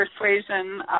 persuasion